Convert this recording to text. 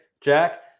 Jack